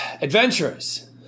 Adventurers